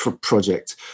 project